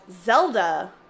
Zelda